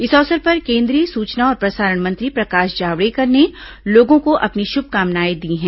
इस अवसर पर केन्द्रीय सूचना और प्रसारण मंत्री प्रकाश जावड़ेकर ने लोगों को अपनी शुभकामनाएं दी हैं